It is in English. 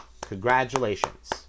congratulations